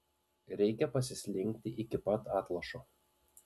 reikia pasislinkti iki pat atlošo